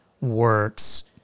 works